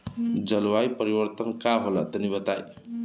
जलवायु परिवर्तन का होला तनी बताई?